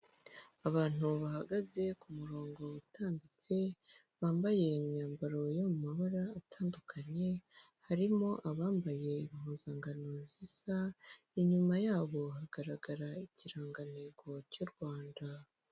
Abantu bahagaze ku murongo utambitse bambaye imyambaro yo mu mabara atandukanye harimo abambaye impuzangano zisa inyuma yabo hagaragara ikirangantego cy'u Rwanda.